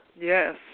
Yes